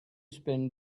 spend